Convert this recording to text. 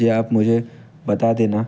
जी आप मुझे बता देना